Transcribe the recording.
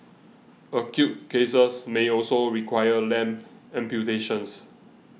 acute cases may also require limb amputations